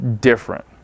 different